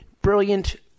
brilliant